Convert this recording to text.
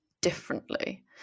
differently